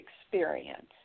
experience